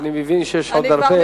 אני מבין שיש עוד הרבה,